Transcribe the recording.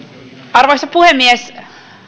arvoisa puhemies